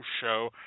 Show